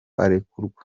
arekurwa